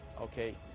okay